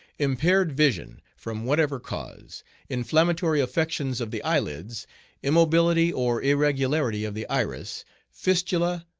impaired vision, from whatever cause inflammatory affections of the eyelids immobility or irregularity of the iris fistula,